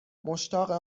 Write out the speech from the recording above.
مشتاق